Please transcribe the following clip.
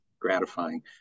gratifying